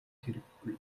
хэрэггүй